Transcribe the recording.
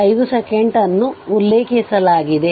5 second ಅನ್ನು ಉಲ್ಲೇಖಿಸಿದೆ